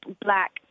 black